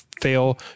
fail